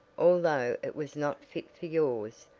although it was not fit for yours,